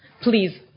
please